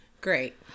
Great